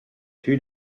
too